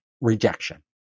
rejection